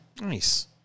Nice